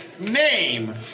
Name